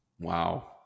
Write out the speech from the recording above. Wow